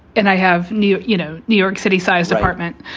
and i have new, you know, new york city sized apartment.